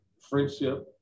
friendship